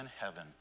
heaven